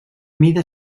mida